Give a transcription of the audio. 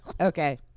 okay